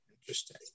interesting